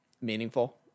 meaningful